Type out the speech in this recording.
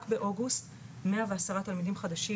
רק באוגוסט 110 תלמידים חדשים,